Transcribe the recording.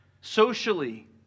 socially